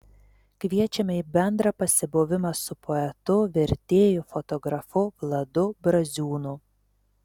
kviečiame į bendrą pasibuvimą su poetu vertėju fotografu vladu braziūnu